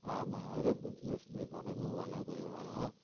हा मां अहिड़े बिजनिस जे बारे में ॻाल्हाए रहियो आहियां